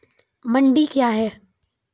मंडी क्या हैं?